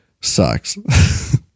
sucks